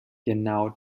genau